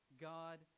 God